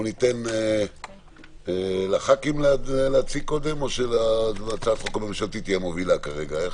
וניתן לחברי הכנסת להציג קודם או שהצעת החוק הממשלתית היא המובילה כרגע?